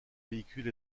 véhicule